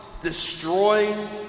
destroy